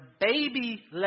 baby